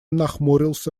нахмурился